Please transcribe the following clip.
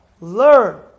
Learn